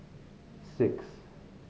six